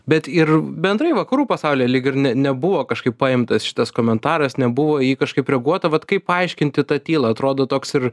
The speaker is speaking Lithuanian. bet ir bendrai vakarų pasaulyje lyg ir ne nebuvo kažkaip paimtas šitas komentaras nebuvo į jį kažkaip reaguota vat kaip paaiškinti tą tylą atrodo toks ir